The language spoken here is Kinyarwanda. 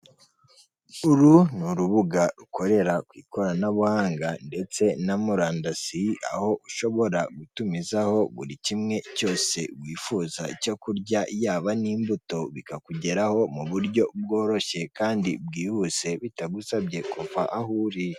Uru ni urubuga rukorera ku ikoranabuhanga ndetse na murandasi aho ushobora gutumizaho buri kimwe cyose wifuza icyo kurya yaba n'imbuto bikakugeraho mu buryo bworoshye kandi bwihuse bitagusabye kuva aho uri.